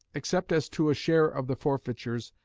except as to a share of the forfeitures,